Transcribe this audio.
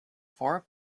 four